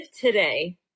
today